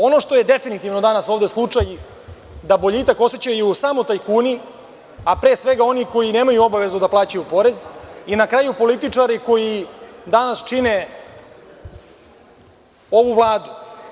Ono što je definitivno danas ovde slučaj, da boljitak osećaju samo tajkuni, a pre svega oni koji nemaju obavezu da plaćaju porez i na kraju i političari koji danas čine ovu Vladu.